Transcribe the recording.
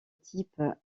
type